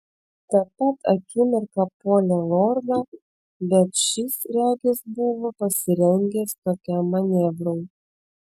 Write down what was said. tą pat akimirką puolė lordą bet šis regis buvo pasirengęs tokiam manevrui